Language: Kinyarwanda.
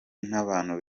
nabantu